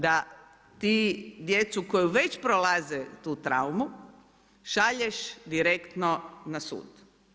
Da ti djecu koja već prolaze traumu, šalješ direktno na sud.